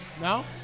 No